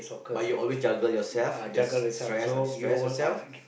but you always juggle yourself that's stress or destress yourself